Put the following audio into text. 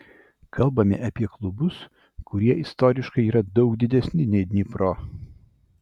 kalbame apie klubus kurie istoriškai yra daug didesni nei dnipro